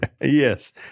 Yes